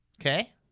Okay